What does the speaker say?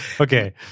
Okay